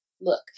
look